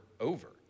over